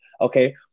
Okay